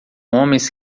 homens